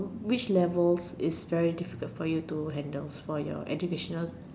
which levels is very difficult for you to handle for your educational